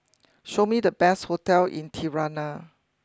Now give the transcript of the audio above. show me the best Hotel in Tirana